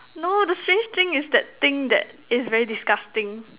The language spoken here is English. no the strange thing is that thing that it's very disgusting